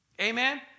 Amen